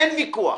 אין מיקוח.